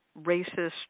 racist